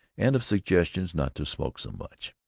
and of suggestions not to smoke so much.